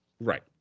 Right